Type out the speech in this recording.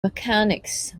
mechanics